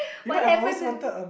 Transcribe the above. what happen to me